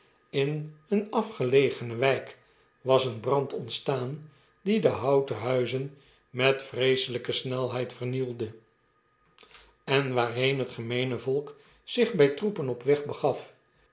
in eene afgelegene wijk was een brand ontstaan die de houten huizen met vreeselgke snelheid vernielde en waarheen de heksenwacht het gemeene volk zich by troepen op weg begar